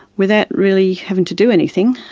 without really having to do anything,